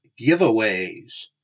giveaways